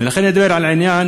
ולכן, על עניין